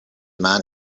man